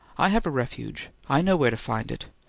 i have a refuge. i know where to find it.